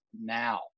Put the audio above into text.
now